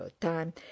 time